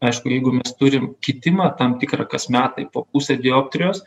aišku jeigu mes turim kitimą tam tikrą kas metai po pusę dioptrijos